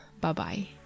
Bye-bye